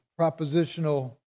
propositional